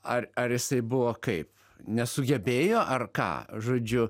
ar ar jisai buvo kaip nesugebėjo ar ką žodžiu